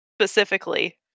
specifically